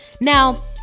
Now